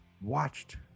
watched